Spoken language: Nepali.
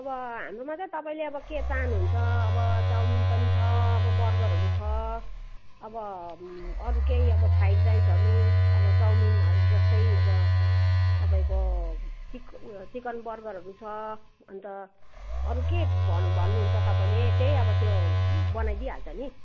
अब हाम्रोमा त अब तपाईँले के चाहनु हुन्छ अब चाउमिन पनि छ अब बर्गरहरू छ अब अरू केही अब फ्राइड राइसहरू अब चाउमिन है जस्तै अब तपाईँको चिक उयो चिकन बर्गरहरू छ अन्त अरू के भन् भन्नु हुन्छ तपाईँले त्यहीँ अब त्यो बनाई दिइहाल्छ नि